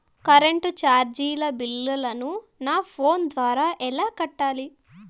Current చార్జీల బిల్లును, నా ఫోను ద్వారా ఎలా కట్టాలి?